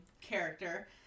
character